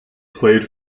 played